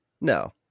No